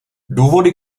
důvody